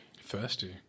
Thirsty